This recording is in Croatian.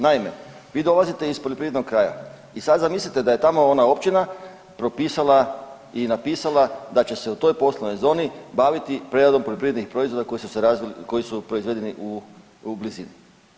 Naime, vi dolazite iz poljoprivrednog kraja i sad zamislite da je tako ona općina propisala i napisala da će se u toj poslovnoj zoni baviti preradom poljoprivrednih proizvoda koji su proizvedeni u blizini.